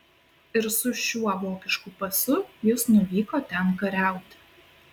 ir su šiuo vokišku pasu jis nuvyko ten kariauti